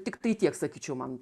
tiktai tiek sakyčiau man